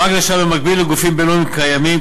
הבנק נחשב מקביל לגופים בין-לאומיים קיימים,